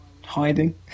hiding